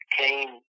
came